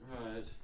Right